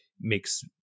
makes